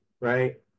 right